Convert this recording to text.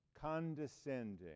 condescending